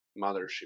mothership